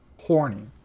horny